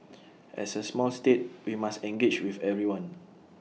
as A small state we must engage with everyone